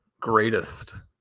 greatest